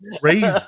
crazy